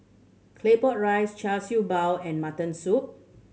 Claypot Rice Char Siew Bao and mutton soup